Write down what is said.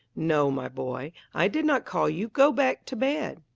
no, my boy, i did not call you, go back to bed.